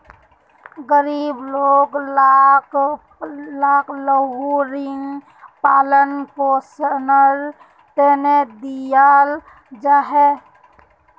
गरीब लोग लाक लघु ऋण पालन पोषनेर तने दियाल जाहा